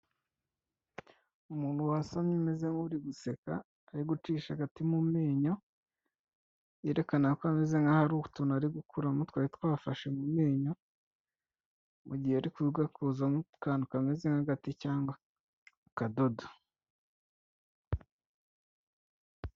Umuntu wasamye umeze nk'uri guseka, ari gucisha agati mu menyo, yerekana ko ameze nk'aho hari utuntu ari gukuramo twari twafashe mu menyo, mu gihe ari kugakuzamo akantu kameze nk'agati cyangwa akadodo.